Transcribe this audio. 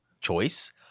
choice